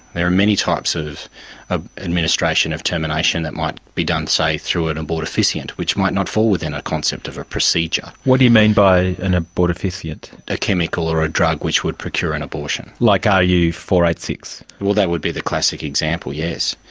there are many types of administration of termination that might be done, say, through an abortifacient, which might not fall within a concept of a procedure. what do you mean by an abortifacient? a chemical or a drug which would procure an abortion. like r u four eight six. well, that would be the classic example, yes.